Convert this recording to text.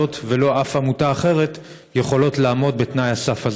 לא העמותה הזאת ולא אף עמותה אחרת יכולה לעמוד בתנאי הסף הזה.